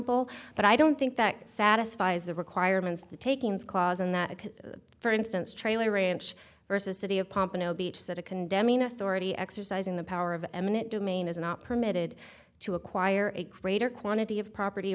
simple but i don't think that satisfies the requirements of the takings clause in that for instance trailer ranch versus city of pompano beach that a condemning authority exercising the power of eminent domain is not permitted to acquire a greater quantity of property